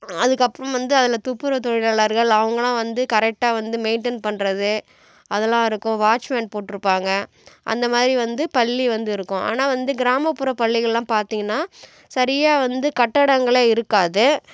அதுக்கப்புறம் வந்து அதில் துப்புரவு தொழிலாளர்கள் அவங்கல்லாம் வந்து கரெட்டாக வந்து மெயின்டெய்ன் பண்ணுறது அதெல்லாம் இருக்கும் வாட்ச்மேன் போட்டிருப்பாங்க அந்தமாதிரி வந்து பள்ளி வந்து இருக்கும் ஆனால் வந்து கிராமப்புற பள்ளிகளெலாம் பார்த்திங்கன்னா சரியாக வந்து கட்டிடங்களே இருக்காது